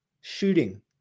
shooting